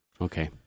Okay